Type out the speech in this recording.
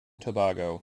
tobago